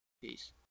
Peace